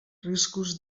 riscos